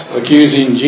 accusing